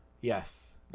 Yes